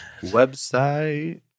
Website